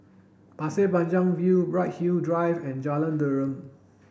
Pasir Panjang View Bright Hill Drive and Jalan Derum